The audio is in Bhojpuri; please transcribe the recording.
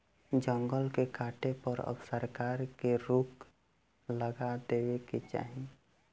जंगल के काटे पर अब सरकार के रोक लगा देवे के चाही